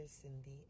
Cindy